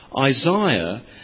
Isaiah